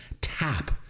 tap